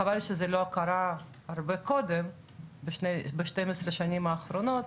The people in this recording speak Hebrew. חבל שזה לא קרה הרבה קודם, ב-12 השנים האחרונות,